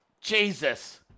Jesus